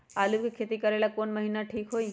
आलू के खेती करेला कौन महीना ठीक होई?